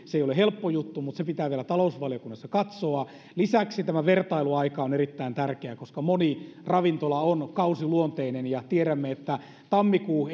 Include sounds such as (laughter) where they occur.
se ei ole helppo juttu mutta se pitää vielä talousvaliokunnassa katsoa lisäksi tämä vertailuaika on erittäin tärkeä koska moni ravintola on kausiluonteinen ja tiedämme että tammikuu (unintelligible)